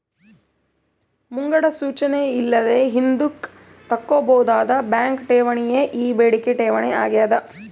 ಮುಂಗಡ ಸೂಚನೆ ಇಲ್ಲದೆ ಹಿಂದುಕ್ ತಕ್ಕಂಬೋದಾದ ಬ್ಯಾಂಕ್ ಠೇವಣಿಯೇ ಈ ಬೇಡಿಕೆ ಠೇವಣಿ ಆಗ್ಯಾದ